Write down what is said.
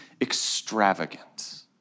extravagant